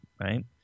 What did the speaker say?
right